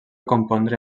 compondre